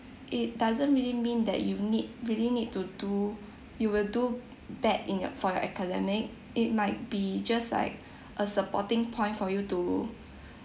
it doesn't really mean that you need really need to do you will do bad in your for your academic it might be just like a supporting point for you to